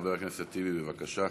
חבר הכנסת טיבי, בבקשה.